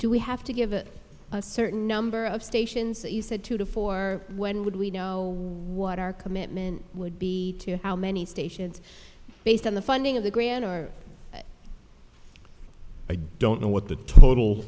do we have to give it a certain number of stations you said two to four when would we know what our commitment would be to how many stations based on the funding of the grant or i don't know what the total